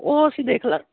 ਉਹ ਅਸੀਂ ਦੇਖ ਲਾ